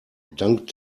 dank